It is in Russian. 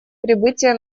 прибытия